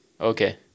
Okay